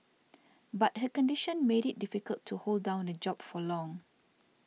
but her condition made it difficult to hold down a job for long